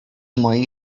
mojej